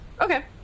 Okay